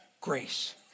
grace